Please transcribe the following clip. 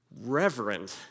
reverend